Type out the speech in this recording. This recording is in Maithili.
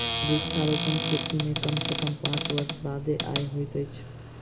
वृक्षारोपण खेती मे कम सॅ कम पांच वर्ष बादे आय होइत अछि